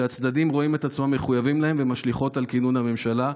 שהצדדים רואים את עצמם מחויבים להן ומשליכות על כינון הממשלה.